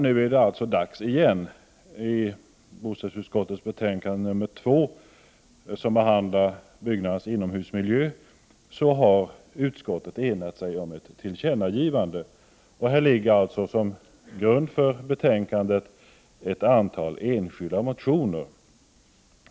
Nu är det alltså dags igen. I bostadsutskottets betänkande 2, som behandlar byggnaders inomhusmiljö, har utskottet enat sig om ett tillkännagivande. Som grund för betänkandet ligger ett antal enskilda motioner.